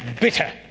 bitter